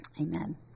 Amen